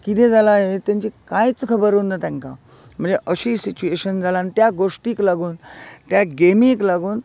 का कितें जालां हें तेचे कांयच खबर उरना तेंका म्हणजे अशी सिच्युवेशन जाला त्या गोष्टीक लागून त्या गेमीक लागून